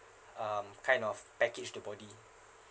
um kind of package the body